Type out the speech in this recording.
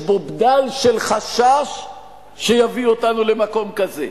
בו בדל של חשש שיביא אותנו למקום כזה,